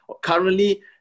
currently